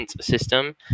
system